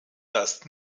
dass